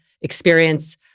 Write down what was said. experience